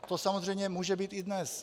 A to samozřejmě může být i dnes.